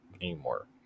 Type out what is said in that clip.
anymore